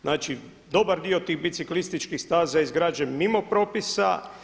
Znači dobar dio tih biciklističkih staza je izgrađen mimo propisa.